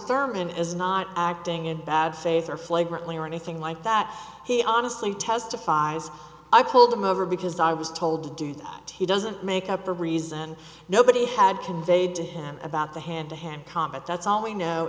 thurman is not acting in bad faith or flagrantly or anything like that he honestly testifies i pulled him over because i was told to do that he doesn't make up the reason nobody had conveyed to him about the hand to hand combat that's all we know